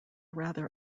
rather